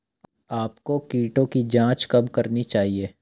आपको कीटों की जांच कब करनी चाहिए?